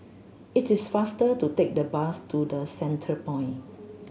it is faster to take the bus to The Centrepoint